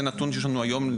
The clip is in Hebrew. זה נתון ל-תשפ"ב.